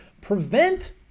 prevent